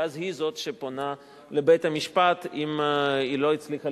ואז היא זו שפונה לבית-המשפט אם היא לא הצליחה